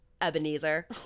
Ebenezer